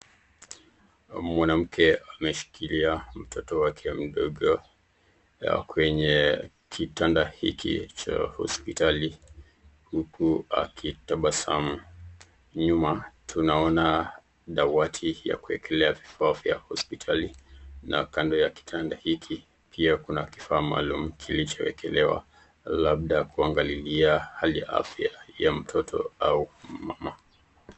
Mwanamke ameshikilia mtoto wake mdogo kwenye kitanda hiki cha hospitali huku akitabasamu. Nyuma tunaona dawati ya kuwekelea vifaa vya hospitali na kando ya kitanda hiki pia kuna kifaa maalum kilichowekelewa labda kuangangalilia hali ya afya ya mtoto ama ya mama.